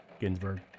Ginsburg